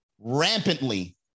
rampantly